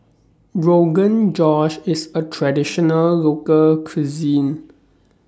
Rogan Josh IS A Traditional Local Cuisine